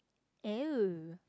oh